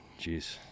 Jeez